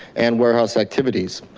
and warehouse activities.